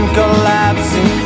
collapsing